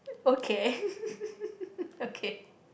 okay okay